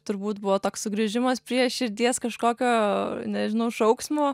turbūt buvo toks sugrįžimas prie širdies kažkokio nežinau šauksmo